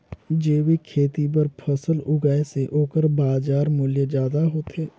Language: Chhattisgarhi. जैविक खेती बर फसल उगाए से ओकर बाजार मूल्य ज्यादा होथे